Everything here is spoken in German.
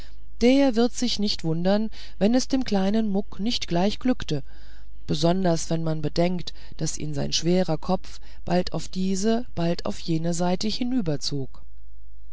der wird sich nicht wundern wenn es dem kleinen muck nicht gleich glückte besonders wenn man bedenkt daß ihn sein schwerer kopf bald auf diese bald auf jene seite hinüberzog